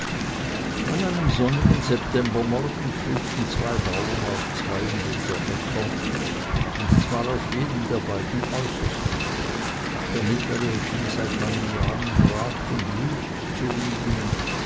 an einem sonnigen septembermorgen pflügten zwei bauern auf zweien dieser äcker und zwar auf jedem der beiden äußersten der mittlere schien seit langen jahren brach und wüst zu liegen